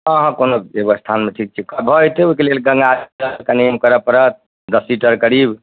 हँ हँ कोनो बेबस्थानमे ठीक छै भऽ जएतै ओहिके लेल गङ्गाजलके कनि करऽ पड़त दस लीटर करीब